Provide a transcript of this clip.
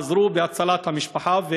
עזרו בהצלת המשפחה,